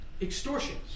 Extortions